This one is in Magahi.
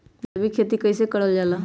जैविक खेती कई से करल जाले?